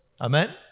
Amen